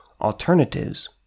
alternatives